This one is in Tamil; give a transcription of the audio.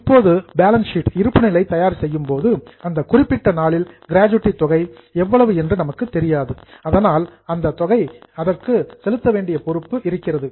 இப்போது பேலன்ஸ் ஷீட் இருப்புநிலை தயார் செய்யும் போது அந்த குறிப்பிட்ட நாளில் கிராஜுவிட்டி தொகை எவ்வளவு என்று நமக்கு தெரியாது ஆனால் அதை செலுத்த வேண்டிய பொறுப்பு இருக்கிறது